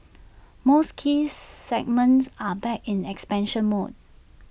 most key segments are back in expansion mode